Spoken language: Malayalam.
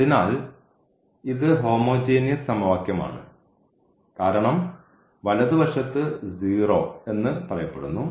അതിനാൽ ഇത് ഹോമോജീനിയസ് സമവാക്യമാണ് കാരണം വലതുവശത്ത് 0 എന്ന് പറയപ്പെടുന്നു